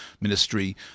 ministry